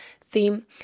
theme